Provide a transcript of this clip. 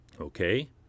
Okay